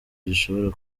gishobora